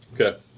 Okay